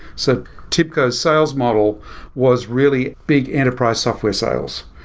so tibco's sales model was really big enterprise software sales.